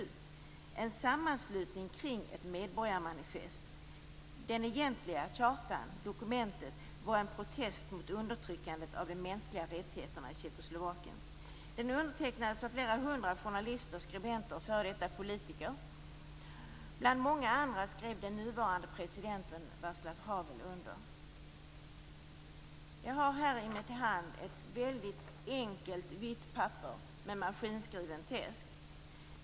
Det var en sammanslutning kring ett medborgarmanifest. Den egentliga chartan, dokumentet, var en protest mot undertryckandet av de mänskliga rättigheterna i Tjeckoslovakien. Den undertecknades av flera hundra journalister, skribenter och f.d. politiker. Bland många andra skrev den nuvarande presidenten Václav Havel under. Jag har här i min hand ett väldigt enkelt vitt papper med maskinskriven text.